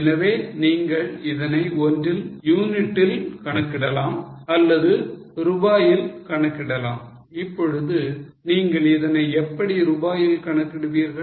எனவே நீங்கள் இதனை ஒன்றில் யூனிட்டில் கணக்கிடலாம் அல்லது ரூபாயில் கணக்கிடலாம் இப்பொழுது நீங்கள் இதனை எப்படி ரூபாயில் கணக்கிடுவீர்கள்